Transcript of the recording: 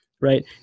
right